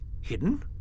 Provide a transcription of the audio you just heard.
hidden